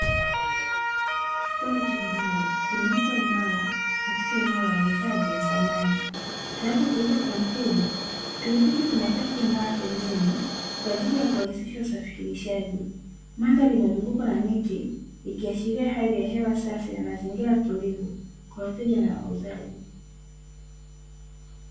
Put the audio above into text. Kitanda cha mbao, kimewekwa imara katika eneo la wauzaji wa samani, tayari kuuzwa kwa mteja. Pikipiki zimepaki pembeni kwa ajili ya kurahisisha usafirishaji. Mandhari imezungukwa na miti, ikiashiria hali ya hewa safi na mazingira tulivu kwa wateja na wauzaji.